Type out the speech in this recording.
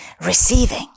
receiving